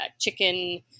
chicken